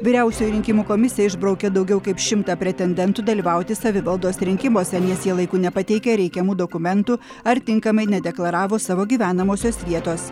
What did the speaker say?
vyriausioji rinkimų komisija išbraukė daugiau kaip šimtą pretendentų dalyvauti savivaldos rinkimuose nes jie laiku nepateikė reikiamų dokumentų ar tinkamai nedeklaravo savo gyvenamosios vietos